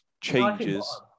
changes